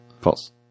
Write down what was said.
False